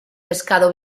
pescado